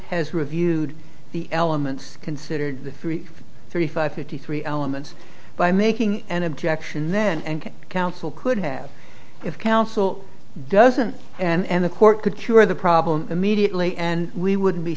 has reviewed the elements considered the three thirty five fifty three elements by making an objection then and counsel could have if counsel doesn't and the court could cure the problem immediately and we would